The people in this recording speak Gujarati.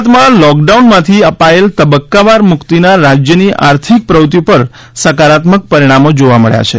ગુજરાતમાં લોકડાઉનમાંથી અપાયેલ તબક્કાવાર મુક્તિના રાજ્યની આર્થિક પ્રવૃત્તિઓ ઉપર સકારાત્મક પરિણામો જોવા મબ્યા છે